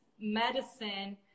medicine